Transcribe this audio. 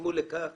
שגרמו לכך